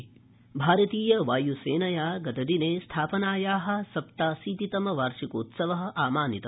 भारतीयवायुसेना भारतीयवायुसेनया गतदिने स्थापनाया सप्ताशीतितम वार्षिकोत्सव आमानित